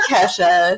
Kesha